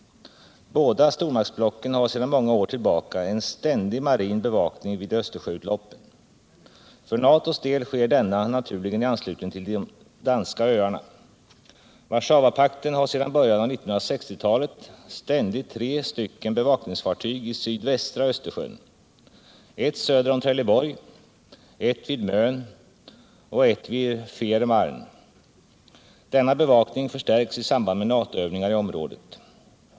Båda stormaktsblocken har sedan många år tillbaka en ständig marin bevakning vid Östersjöutloppen. För NATO:s del sker denna naturligen i anslutning till de danska öarna. Warszawapakten har sedan början av 1960-talet ständigt tre stycken bevakningsfartyg i sydvästra Östersjön — ett söder om Trelleborg, ett vid Mön och ett vid Fehmarn. Denna bevakning förstärks i samband med NATO övningar i området.